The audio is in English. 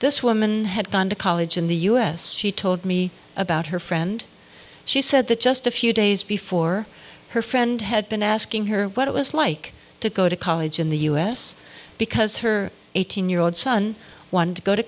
this woman had gone to college in the us she told me about her friend she said that just a few days before her friend had been asking her what it was like to go to college in the u s because her eighteen year old son wanted to go to